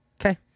okay